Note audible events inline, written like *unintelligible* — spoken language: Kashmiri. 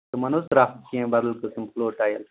تِمن اوس رپھ کینٛہہ بدل *unintelligible* فٕلور ٹایِل